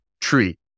tree